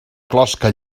closca